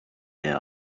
air